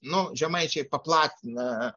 nu žemaičiai paplatina